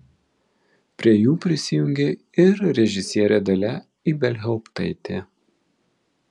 prie jų prisijungė ir režisierė dalia ibelhauptaitė